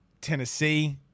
Tennessee